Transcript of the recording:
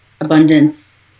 abundance